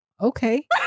okay